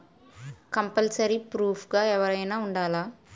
Compulsory proof గా ఎవరైనా ఉండాలా?